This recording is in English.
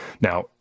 Now